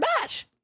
bash